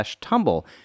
tumble